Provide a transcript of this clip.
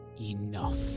Enough